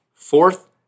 Fourth